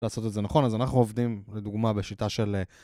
לעשות את זה נכון, אז אנחנו עובדים, לדוגמה, בשיטה של...